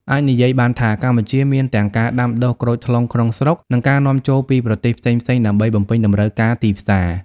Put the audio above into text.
អាចនិយាយបានថា កម្ពុជាមានទាំងការដាំដុះក្រូចថ្លុងក្នុងស្រុក និងការនាំចូលពីប្រទេសផ្សេងៗដើម្បីបំពេញតម្រូវការទីផ្សារ។